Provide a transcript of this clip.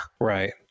Right